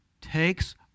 takes